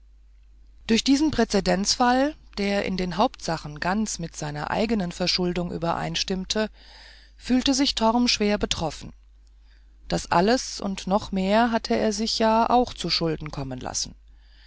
durch diesen präzedenzfall der in den hauptsachen ganz mit seiner eigenen verschuldung übereinstimmte fühlte sich torm schwer betroffen das alles und noch mehr hatte er sich ja auch zuschulden kommen lassen